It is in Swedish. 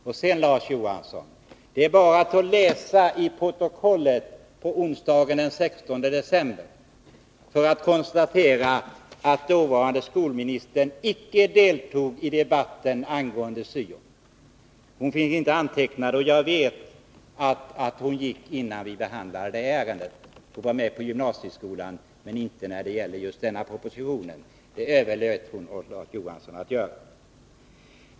Det är, Larz Johansson, bara till att läsa i protokollet från onsdagen den 16 december för att man skall kunna konstatera att dåvarande skolministern icke deltog i debatten angående syo. Hon finns inte antecknad bland talarna, och jag vet att hon gick innan vi behandlade det ärendet. Hon var med vid behandlingen av propositionen om gymnasieskolan, men inte i debatten om syo-propositionen. Den överlät hon åt Larz Johansson.